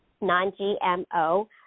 non-GMO